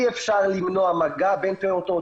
אם אפשר למנוע מגע בין פעוטות.